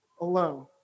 alone